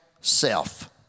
self